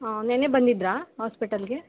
ಹಾಂ ನಿನ್ನೆ ಬಂದಿದ್ರಾ ಹಾಸ್ಪೆಟಲಿಗೆ